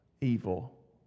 evil